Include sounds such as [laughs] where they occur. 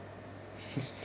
[laughs]